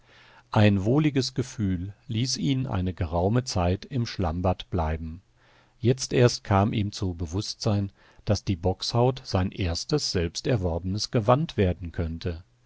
ein wohliges gefühl ließ ihn eine geraume zeit im schlammbad bleiben jetzt erst kam ihm zu bewußtsein daß die bockshaut sein erstes selbsterworbenes gewand werden könnte